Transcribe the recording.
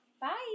Bye